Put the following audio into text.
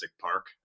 Park